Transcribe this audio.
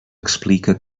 explica